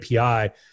API